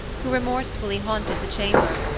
who remorsefully haunted the chamber,